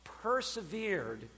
persevered